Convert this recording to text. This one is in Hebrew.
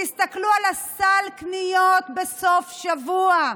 תסתכלו על סל הקניות בסוף השבוע,